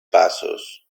passos